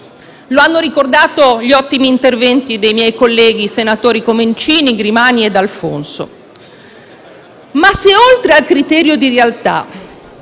Lo hanno ricordato gli ottimi interventi dei miei colleghi senatori Comincini, Grimani e D'Alfonso. Tuttavia, se oltre al criterio di realtà